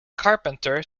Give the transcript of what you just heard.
carpenter